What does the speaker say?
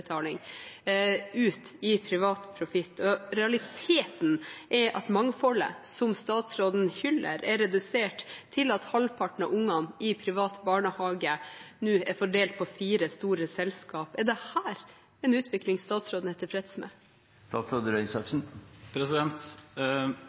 ut i privat profitt. Realiteten er at mangfoldet, som statsråden hyller, er redusert til at halvparten av ungene i private barnehager nå er fordelt på fire store selskap. Er dette en utvikling statsråden er tilfreds